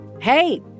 Hey